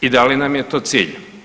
i da li nam je to cilj?